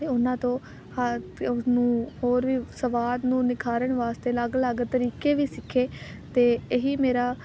ਅਤੇ ਉਹਨਾਂ ਤੋਂ ਹਰ ਅਤੇ ਉਹਨੂੰ ਹੋਰ ਵੀ ਸਵਾਦ ਨੂੰ ਨਿਖਾਰਨ ਵਾਸਤੇ ਅਲੱਗ ਅਲੱਗ ਤਰੀਕੇ ਵੀ ਸਿੱਖੇ ਅਤੇ ਇਹੀ ਮੇਰਾ